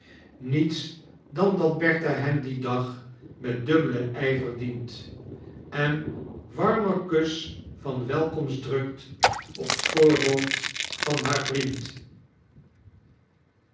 niets dan dat bertha hem dien dag met dubblen jjver dient en warmer kus van welkorast drukt op t voorhoofd van haar vriend